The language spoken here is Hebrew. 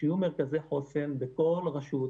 שיהיו מרכזי חוסן בכל רשות,